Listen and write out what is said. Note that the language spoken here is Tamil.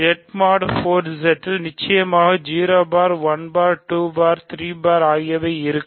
Z மோட் 4 Z இரு நிச்சயமாக 0 பார் 1 பார் 2 பார் 3 பார் ஆகிய உறுப்புகளை பெற்றிருக்கும்